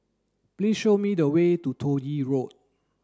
please show me the way to Toh Yi Road